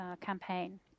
campaign